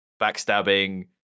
backstabbing